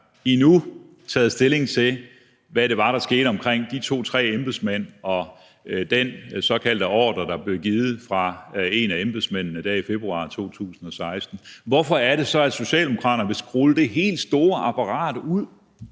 endnu taget stilling til, hvad det var, der skete omkring de to-tre embedsmænd og den såkaldte ordre, der blev givet fra en af embedsmændene dengang i februar 2016. Hvorfor er det så, at Socialdemokraterne vil rulle det helt store apparat ud?